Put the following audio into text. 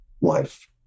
life